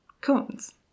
cones